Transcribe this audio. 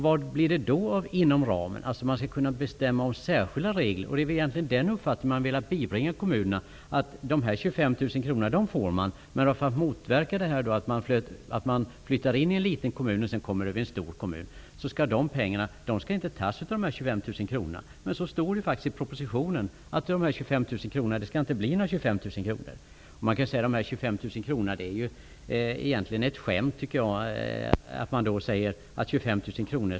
Vad blir det då av ''inom ramen'', när regeringen skall kunna bestämma om särskilda regler? Den uppfattning man velat bibringa kommunerna är att de får dessa 25 000 kr, för att motverka att man först flyttar till en liten kommun och sedan till en stor kommun, och att inga pengar skall tas från dessa 25 000 kr. Men det står faktiskt i propositionen att dessa 25 000 kr inte skall bli några Jag tycker att dessa 25 000 kr. egentligen är ett skämt. Man säger att 25 000 kr.